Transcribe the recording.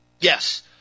yes